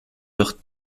leurs